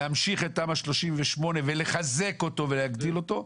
להמשיך את תמ"א 38 ולחזק אותו ולהגדיל אותו,